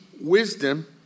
wisdom